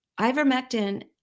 ivermectin